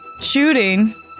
shooting